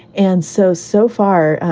and so so far,